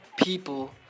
People